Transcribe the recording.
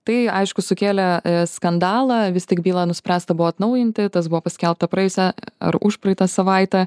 tai aišku sukėlė skandalą vis tik bylą nuspręsta buvo atnaujinti tas buvo paskelbta praėjusią ar užpraeitą savaitę